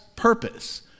purpose